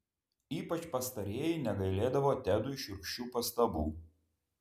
ypač pastarieji negailėdavo tedui šiurkščių pastabų